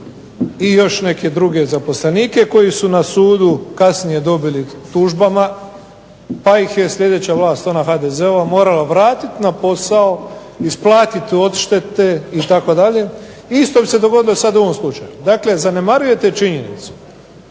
i još neke druge zaposlenike koji su na sudu kasnije dobili tužbama pa ih je sljedeća vlast, ona HDZ-ova, morala vratiti na posao, isplatiti odštete itd. Isto bi se dogodilo sad u ovom slučaju. Dakle, zanemarujete činjenicu